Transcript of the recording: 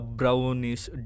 brownish